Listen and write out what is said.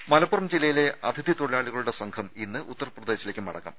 രേര മലപ്പുറം ജില്ലയിലെ അതിഥി തൊഴിലാളികളുടെ സംഘം ഇന്ന് ഉത്തർപ്രദേശിലേയ്ക്ക് മടങ്ങും